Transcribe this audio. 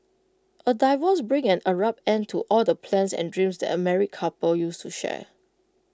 A divorce brings an abrupt end to all the plans and dreams that A married couple used to share